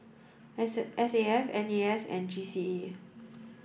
S S A F N A S and G C E